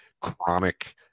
chronic